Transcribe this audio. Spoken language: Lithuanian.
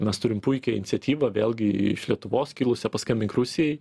mes turim puikią iniciatyvą vėlgi iš lietuvos kilusią paskambink rusijai